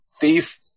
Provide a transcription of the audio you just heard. Thief